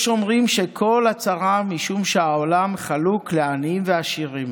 "יש אומרים שכל הצרה משום שהעולם חלוק לעניים ולעשירים.